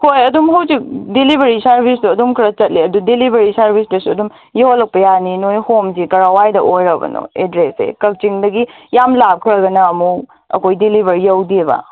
ꯍꯣꯏ ꯑꯗꯨꯝ ꯍꯧꯖꯤꯛ ꯗꯦꯂꯤꯚꯔꯤ ꯁꯔꯚꯤꯁꯇꯣ ꯑꯗꯨꯝ ꯈꯔ ꯆꯠꯂꯦ ꯑꯗꯣ ꯗꯦꯂꯤꯚꯔꯤ ꯁꯔꯚꯤꯁꯇꯨꯁꯨ ꯑꯗꯨꯝ ꯌꯧꯍꯜꯂꯛꯄ ꯌꯥꯅꯤ ꯅꯣꯏ ꯍꯣꯝꯁꯦ ꯀꯔꯥꯏꯋꯥꯏꯗ ꯑꯣꯏꯔꯕꯅꯣ ꯑꯦꯗ꯭ꯔꯦꯁꯁꯦ ꯀꯛꯆꯤꯡꯗꯒꯤ ꯌꯥꯝ ꯂꯥꯞꯈ꯭ꯔꯒꯅ ꯑꯃꯨꯛ ꯑꯩꯈꯣꯏ ꯗꯦꯂꯤꯚꯔꯤ ꯌꯧꯗꯦꯕ